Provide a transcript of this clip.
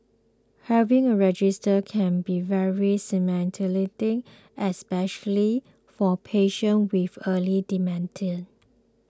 having a registry can be very stigmatising especially for patients with early dementia